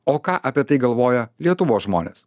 o ką apie tai galvoja lietuvos žmonės